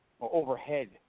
overhead